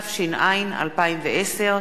התש"ע 2010,